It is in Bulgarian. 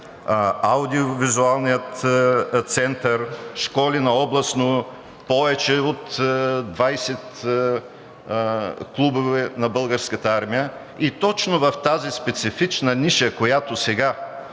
Аудиовизуалният център, школи на областно, повече от 20 клуба на Българската армия и точно в тази специфична ниша, в която една